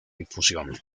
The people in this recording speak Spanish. difusión